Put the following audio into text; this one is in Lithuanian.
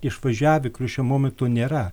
išvažiavę kurių šiuo momentu nėra